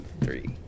three